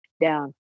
down